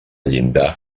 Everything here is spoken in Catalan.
llinda